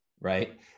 right